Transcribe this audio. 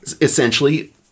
essentially